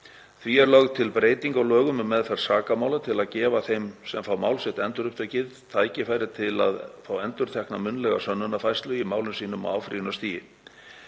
Því er lögð til breyting á lögum um meðferð sakamála til að gefa þeim sem fá mál sitt endurupptekið tækifæri til að fá endurtekna munnlega sönnunarfærslu í málum sínum á áfrýjunarstigi.